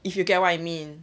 if you get what you mean